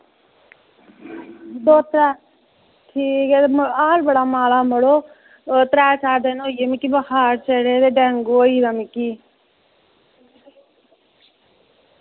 ठीक ऐ हाल बड़ा माड़ा यरो त्रैऽ चार दिन होइयै मिगी बखार चढ़े दे डेंगू होइया मिगी